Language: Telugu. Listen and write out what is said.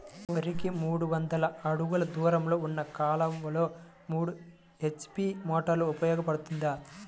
వరికి మూడు వందల అడుగులు దూరంలో ఉన్న కాలువలో మూడు హెచ్.పీ మోటార్ ఉపయోగపడుతుందా?